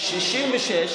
תחזור על הסעיף.